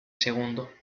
segundo